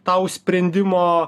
tau sprendimo